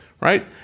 right